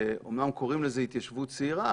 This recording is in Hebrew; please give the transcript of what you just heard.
שאומנם קוראים לזה התיישבות צעירה,